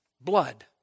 blood